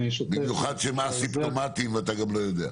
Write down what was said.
במיוחד שהם א-סימפטומטיים ואתה גם לא יודע.